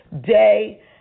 day